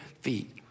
feet